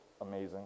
amazing